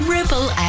Ripple